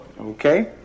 Okay